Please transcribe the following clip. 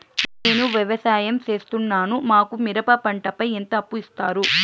నేను వ్యవసాయం సేస్తున్నాను, మాకు మిరప పంటపై ఎంత అప్పు ఇస్తారు